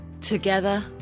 Together